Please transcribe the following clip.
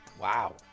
Wow